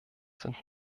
sind